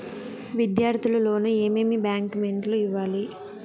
విద్యార్థులు లోను ఏమేమి డాక్యుమెంట్లు ఇవ్వాలి?